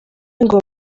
ngo